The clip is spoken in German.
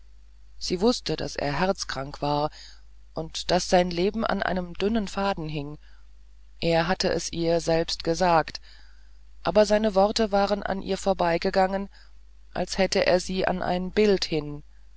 sie wußte daß er herzkrank war und daß sein leben an einem dünnen faden hing er hatte es ihr selbst gesagt aber seine worte waren an ihr vorbeigegangen als hätte er sie an ein bild hin